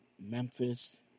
Memphis